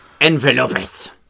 Envelopes